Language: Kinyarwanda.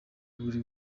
buri